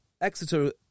Exeter